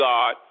God